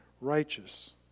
righteous